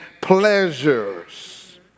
pleasures